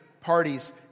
parties